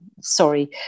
sorry